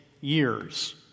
years